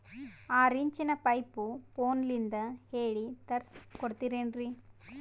ಆರಿಂಚಿನ ಪೈಪು ಫೋನಲಿಂದ ಹೇಳಿ ತರ್ಸ ಕೊಡ್ತಿರೇನ್ರಿ?